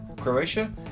Croatia